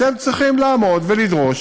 אתם צריכים לעמוד ולדרוש